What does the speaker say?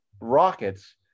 Rockets